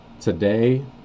Today